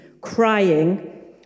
crying